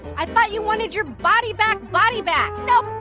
i thought you wanted your body back, body back? nope,